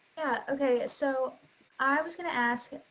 yeah okay, so i was gonna ask,